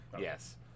Yes